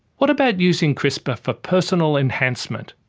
what about using crispr for personal enhancement?